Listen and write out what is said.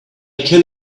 can